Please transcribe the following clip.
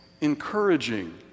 encouraging